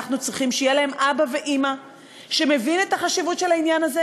אנחנו צריכים שיהיו להם אבא ואימא שמבינים את החשיבות של העניין הזה